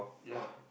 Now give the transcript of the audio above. ya